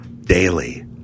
daily